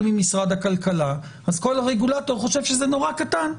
ממשרד הכלכלה אז כל רגולטור חושב שזה נורא קטן,